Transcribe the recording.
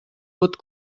pot